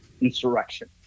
insurrection